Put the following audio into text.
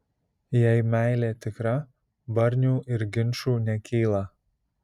jei meilė tikra barnių ir ginčų nekyla